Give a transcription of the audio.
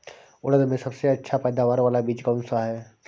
उड़द में सबसे अच्छा पैदावार वाला बीज कौन सा है?